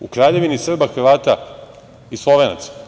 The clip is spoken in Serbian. U Kraljevini Srba i Hrvata i Slovenaca.